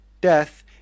death